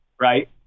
right